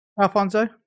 Alfonso